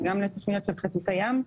וגם תוכניות לחזית הים.